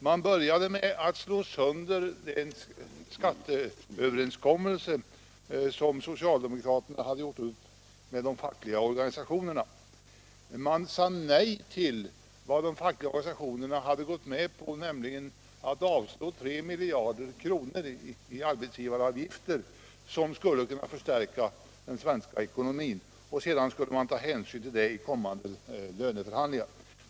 Man började med att slå sönder skatteöverenskommelsen som socialdemokraterna hade träffat med de fackliga organisationerna och säga nej till vad de fackliga organisationerna hade gått med på, nämligen att avstå från 3 miljarder kronor i arbetsgivaravgifter som skulle kunna förstärka den svenska ekonomin och att därefter ta hänsyn till detta vid löneförhandlingarna.